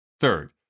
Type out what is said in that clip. Third